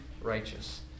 righteous